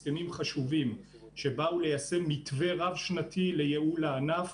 הסכמים חשובים שבאו ליישם מתווה רב-שנתי לייעול הענף